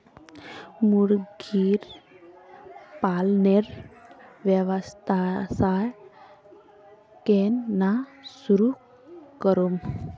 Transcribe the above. मुर्गी पालनेर व्यवसाय केन न शुरु करमु